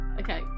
Okay